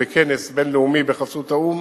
בכנס בין-לאומי בחסות האו"ם